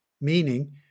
meaning